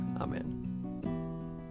Amen